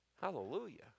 hallelujah